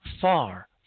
far